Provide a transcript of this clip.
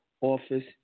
office